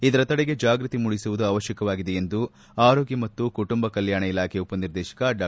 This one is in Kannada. ಇದರ ತಡೆಗೆ ಜಾಗೃತಿ ಮೂಡಿಸುವುದು ಅವಶ್ಯಕವಾಗಿದೆ ಎಂದು ಆರೋಗ್ಯ ಮತ್ತು ಕುಟುಂಬ ಕಲ್ಕಾಣ ಇಲಾಖೆ ಉಪನಿರ್ದೇಶಕ ಡಾ